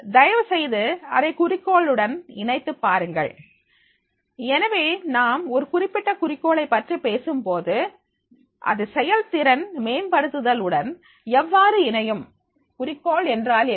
தயவுசெய்து அதை குறிக்கோளுடன் இணைத்துப் பாருங்கள் எனவே நாம் ஒரு குறிப்பிட்ட குறிக்கோளை பற்றி பேசும் போது அது செயல்திறன் மேம்படுத்துதல் உடன் எவ்வாறு இணையும் குறிக்கோள் என்றால் என்ன